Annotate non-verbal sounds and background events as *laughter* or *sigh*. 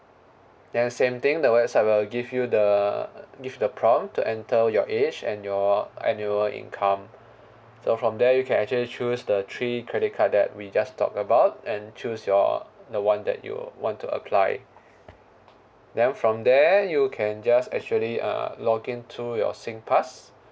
then same thing the website will give you the give the prompt to enter your age and your annual income *breath* so from there you can actually choose the three credit card that we just talk about and choose your the one that you want to apply then from there you can just actually uh login to your SingPass